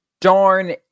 darn